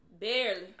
barely